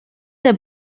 der